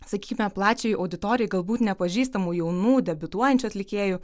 sakykime plačiai auditorijai galbūt nepažįstamų jaunų debiutuojančių atlikėjų